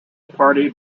party